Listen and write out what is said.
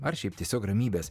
ar šiaip tiesiog ramybės